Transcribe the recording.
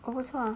!wah! 不错 ah